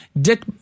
Dick